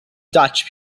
dutch